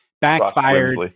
backfired